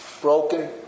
broken